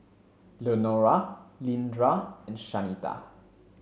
Leonora Leandra and Shanita